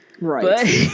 Right